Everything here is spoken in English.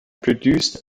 produced